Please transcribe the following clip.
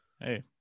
Hey